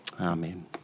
Amen